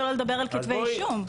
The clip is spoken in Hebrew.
שלא לדבר על כתבי אישום.